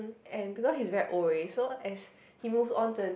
and because he's very old already so as he moves on to the